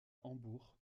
hambourg